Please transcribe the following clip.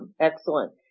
Excellent